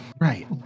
Right